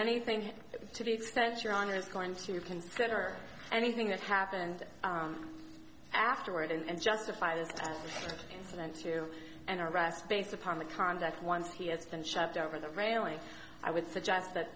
anything to the extent your honor is going to consider anything that happened afterward and justify this incident to an arrest based upon the conduct once he has been shoved over the railing i would suggest that